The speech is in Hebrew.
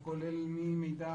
הוא כולל מידע